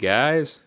guys